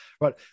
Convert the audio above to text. Right